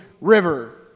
river